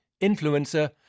Influencer